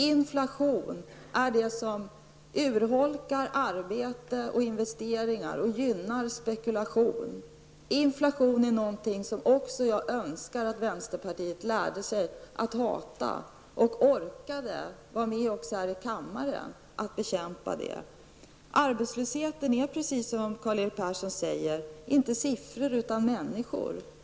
Inflation urholkar arbete och investeringar och gynnar spekulation. Inflation är någonting som jag önskar att vänsterpartiet lärde sig att hata och också orkade vara med om att bekämpa här i kammaren. Arbetslösheten är, precis som Karl-Erik Persson säger, inte siffror utan människor.